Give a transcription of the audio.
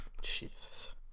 Jesus